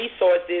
resources